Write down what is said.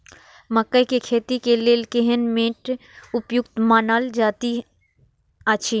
मकैय के खेती के लेल केहन मैट उपयुक्त मानल जाति अछि?